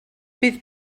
bydd